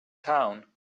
town